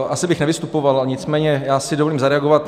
Asi bych nevystupoval, ale nicméně já si dovolím zareagovat.